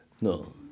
No